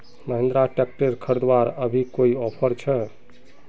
Mahindra tractor खरीदवार अभी कोई ऑफर छे?